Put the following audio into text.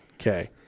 Okay